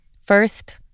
First